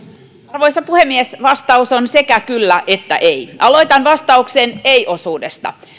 arvoisa puhemies vastaus on sekä kyllä että ei aloitan vastauksen ei osuudesta